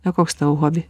o koks tavo hobi